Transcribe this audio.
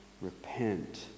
repent